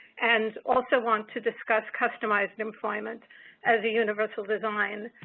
and, also, want to discuss customized employment as a universal design.